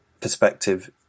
perspective